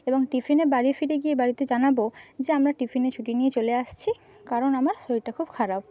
এবং টিফিনে বাড়ি ফিরে গিয়ে বাড়িতে জানাবো যে আমরা টিফিনে ছুটি নিয়ে চলে আসছি কারণ আমার শরীরটা খুব খারাপ